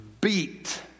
beat